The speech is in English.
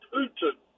Putin